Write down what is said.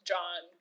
John